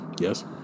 Yes